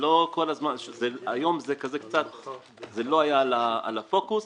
היום זה לא היה על הפוקוס,